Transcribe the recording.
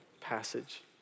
passage